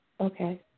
Okay